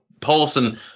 Paulson